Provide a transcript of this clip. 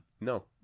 No